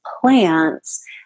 plants